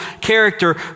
character